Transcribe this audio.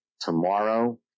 Tomorrow